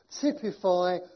typify